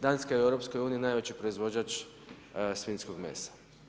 Danska je u EU najveći proizvođač svinjskog mesa.